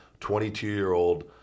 22-year-old